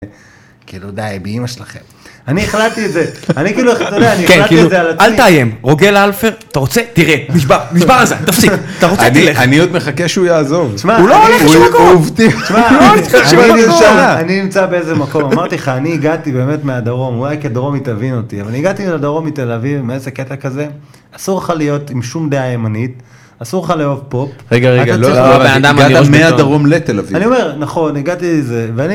כאילו די, באמא שלכם. אני החלטתי את זה. אני החלטתי את זה על עצמי. אל תאיים, רוגל אלפר. תראה נשבר הזין. תפסיק. אני עוד מחכה שהוא יעזוב. הוא לא הולך לשם מקום. אני נמצא באיזה מקום. אמרתי לך אני הגעתי באמת מהדרום. אולי כדרומי, תבין אותי. אבל אני הגעתי לדרום מתל אביב. מאיזה קטע כזה. אסור לך להיות עם שום דעה ימנית. אסור לך לאהוב פופ. -רגע, רגע, הגעת מהדרום לתל אביב. -נכון, הגעתי, זה.